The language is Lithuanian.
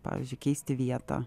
pavyzdžiui keisti vietą